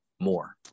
more